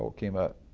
ah came out,